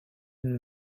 nous